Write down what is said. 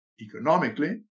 economically